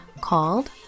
Called